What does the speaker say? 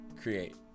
create